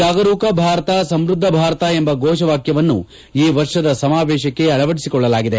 ಜಾಗರೂಕ ಭಾರತ ಸಮ್ಬದ್ದ ಭಾರತ ಎಂಬ ಘೋಷವಾಕ್ಯವನ್ನು ಈ ವರ್ಷದ ಸಮಾವೇಶಕ್ಕೆ ಅಳವದಿಸಿಕೊಳ್ಳಲಾಗಿದೆ